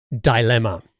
dilemma